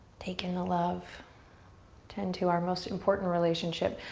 take in the love, tend to our most important relationship.